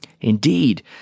Indeed